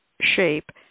shape